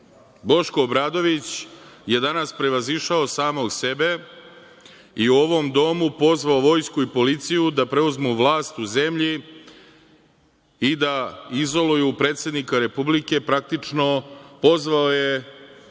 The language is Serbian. Obradović je danas prevazišao samog sebe i u ovom domu pozvao vojsku i policiju da preuzmu vlast u zemlji i da izoluju predsednika Republike, praktično pozvao je